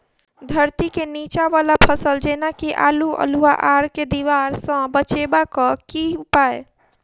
धरती केँ नीचा वला फसल जेना की आलु, अल्हुआ आर केँ दीवार सऽ बचेबाक की उपाय?